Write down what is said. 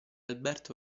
alberto